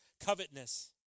covetousness